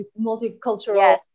multicultural